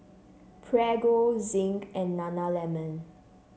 Prego Zinc and Nana lemon